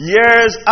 Years